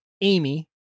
Amy